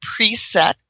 preset